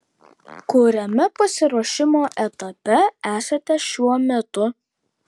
kuriame pasiruošimo etape esate šiuo metu